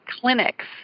Clinics